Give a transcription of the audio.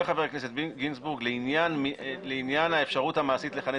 אומר חבר הכנסת גינזבורג שלעניין האפשרות המעשית לכנס